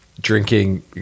drinking